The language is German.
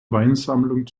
weinsammlung